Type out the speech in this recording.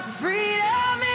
freedom